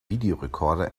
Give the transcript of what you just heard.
videorecorder